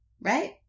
Right